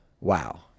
wow